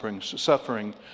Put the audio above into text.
suffering